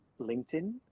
LinkedIn